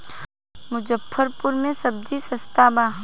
मुजफ्फरपुर में सबजी सस्ता बा